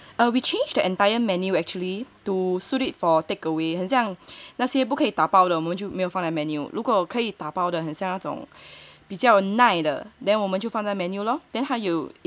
we change the entire menu actually to suit it for takeaway 很像那些不可以打包就没有放在 menu 如果可以打包的那种比较耐的我们就放在 menu loh